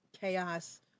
chaos